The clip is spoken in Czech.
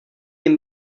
jim